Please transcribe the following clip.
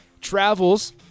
Travels